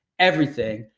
everything,